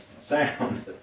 sound